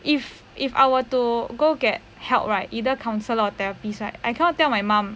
if if I were to go get help right either counsellor or therapist right I cannot tell my mum